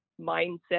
mindset